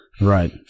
Right